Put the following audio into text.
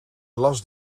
las